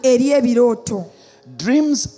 Dreams